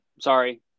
sorry